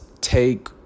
take